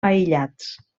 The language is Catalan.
aïllats